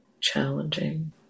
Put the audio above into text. challenging